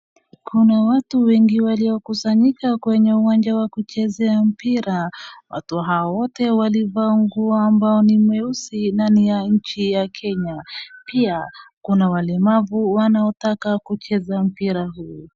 Kuna wetu wengi waliokusanyika kwenye uwanja wa kuchezea mpira. Watu hao wote walivaa nguo ambao ni mweusi nani ya nchi ya Kenya, pia kuna walemavu wanaotaka kucheza mpira huu.